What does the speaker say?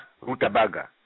rutabaga